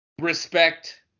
respect